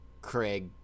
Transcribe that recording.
Craig